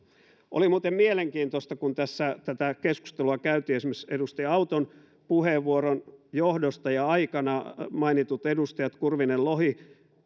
oli muuten mielenkiintoista että kun tässä tätä keskustelua käytiin esimerkiksi edustaja auton puheenvuoron johdosta ja aikana niin mainitut edustajat kurvinen ja lohi